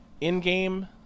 in-game